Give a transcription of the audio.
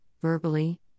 verbally